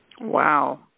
Wow